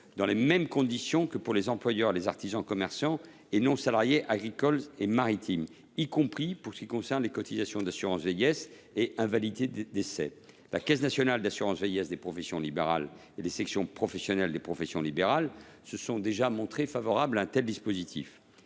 dans les mêmes conditions que pour les employeurs et artisans, commerçants et non salariés agricoles et maritimes, y compris pour ce qui concerne les cotisations d’assurance vieillesse et invalidité décès. La Caisse nationale d’assurance vieillesse des professions libérales (CNAVPL) et les sections professionnelles des professions libérales se sont déjà montrées favorables à un tel dispositif.